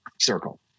circle